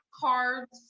cards